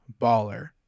baller